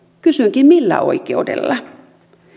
kysynkin millä oikeudella